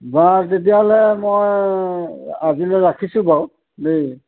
বা তেতিয়াহ'লে মই আজিলৈ ৰাখিছোঁ বাৰু দেই